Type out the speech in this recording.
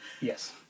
Yes